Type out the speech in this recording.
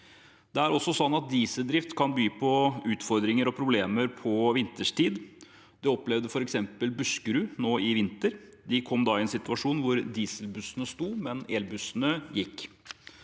dieseldrift kan by på utfordringer og problemer vinterstid. Det opplevde de f.eks. i Buskerud i vinter. De kom i en situasjon der dieselbussene sto, mens elbussene gikk.